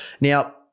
Now